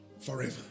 forever